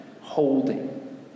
holding